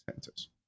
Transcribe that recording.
centers